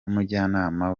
n’umujyanama